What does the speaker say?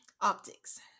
Optics